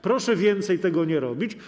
Proszę więcej tego nie robić.